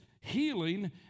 healing